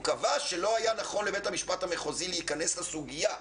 הוא קבע שלא היה נכון לבית המשפט המחוזי להיכנס לסוגיה.